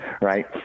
right